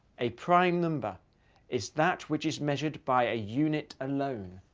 a prime number is that which is measured by a unit alone.